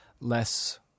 less